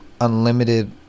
unlimited